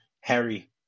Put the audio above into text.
Harry